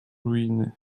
ruiny